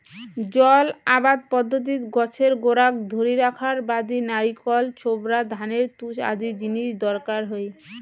জল আবাদ পদ্ধতিত গছের গোড়াক ধরি রাখার বাদি নারিকল ছোবড়া, ধানের তুষ আদি জিনিস দরকার হই